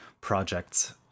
projects